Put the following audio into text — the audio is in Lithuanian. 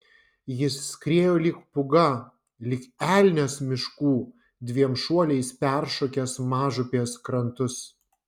jis skriejo lyg pūga lyg elnias miškų dviem šuoliais peršokęs mažupės krantus